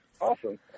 Awesome